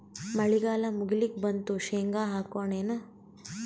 ಮಳಿಗಾಲ ಮುಗಿಲಿಕ್ ಬಂತು, ಶೇಂಗಾ ಹಾಕೋಣ ಏನು?